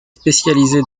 spécialisée